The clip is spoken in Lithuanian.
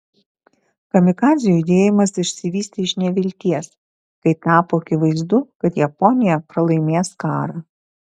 kamikadzių judėjimas išsivystė iš nevilties kai tapo akivaizdu kad japonija pralaimės karą